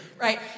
Right